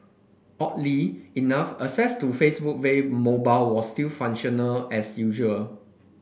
oddly enough access to Facebook via mobile was still functional as usual